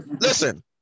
listen